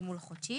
תגמול חודשי.